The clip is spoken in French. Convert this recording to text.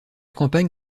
campagne